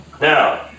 Now